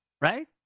right